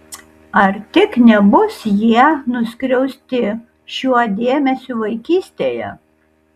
ar tik nebus jie nuskriausti šiuo dėmesiu vaikystėje